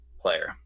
player